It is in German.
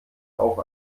auch